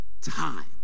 time